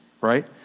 right